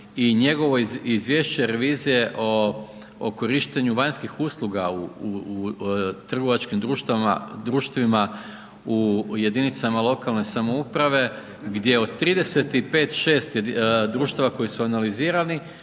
i njegovo izvješće revizije o korištenju vanjskih usluga u trgovačkim društvima u jedinicama lokalne samouprave gdje od 35, 6 društava koje su analizirani,